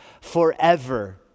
forever